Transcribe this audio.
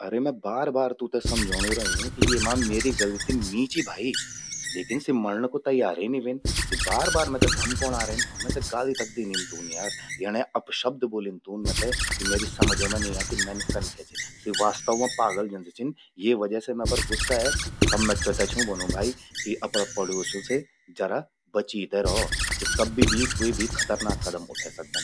अरे मैं बार बार तूंते समझौंणूबं रयूं कि येमा म्येरि गलति नी चि भाई। लेकिन सि मण्ण कु तैयारे नि व्हेन। सि बार बार मेते धमकौणां रेन, मेते गाली तक दीनिन तून यार। यणये अपशब्द ब्वोलिन तून मेते, कि म्येरि समझे मां नि ए कि मैन कन क्या चि। सि वास्तव मां पागल जन सि छिन। ये वजह से मैं पर गुस्सा ए। तब मैं त्वेते छूं ब्वोनु भाई कि अपरा पड़ोस्यूं से जरा बची ते रौ। सि कब्बि भी क्वे भी खतरनाक कदम उठै सकदन।